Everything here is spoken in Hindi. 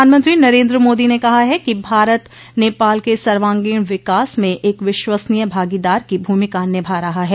प्रधानमंत्री नरेंद्र मोदी ने कहा है कि भारत नेपाल के सर्वांगीण विकास में एक विश्वसनीय भागीदार की भूमिका निभा रहा है